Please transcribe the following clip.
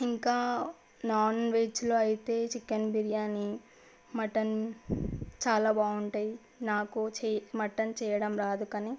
ఇంకా నాన్ వెజ్లో అయితే చికెన్ బిర్యాని మటన్ చాలా బాగుంటాయి నాకు చెయ్ మటన్ చేయడం రాదు కానీ